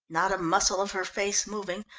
not a muscle of her face moving,